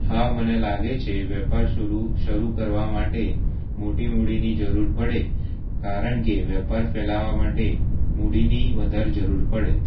હા મને લાગે છે વેપાર શુરુ શરૂ કરવા માટે મોટી મૂડીની જરૂર પડે કારણ કે વેપાર ફેલાવવા માટે મૂડીની વધારે જરૂર પડે